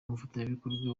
umufatanyabikorwa